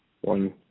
one